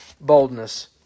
boldness